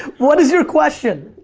what is your question?